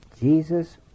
Jesus